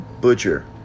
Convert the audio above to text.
Butcher